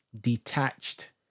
detached